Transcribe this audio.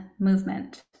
movement